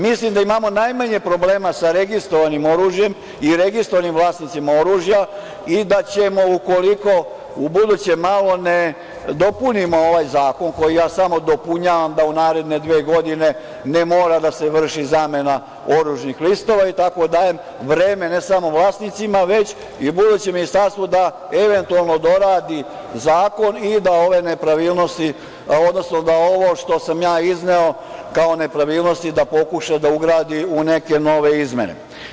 Mislim da imamo najmanje problema sa registrovanim oružjem i registrovanim vlasnicima oružja i da ćemo ukoliko ubuduće malo ne dopunimo ovaj zakon, koji ja samo dopunjavam da u naredne dve godine ne mora da se vrši zamena oružnih listova, i tako dajem vreme ne samo vlasnicima, već i budućem ministarstvu da eventualno doradi zakon i da ovo što sam izneo kao nepravilnosti da pokuša da ugradi u neke nove izmene.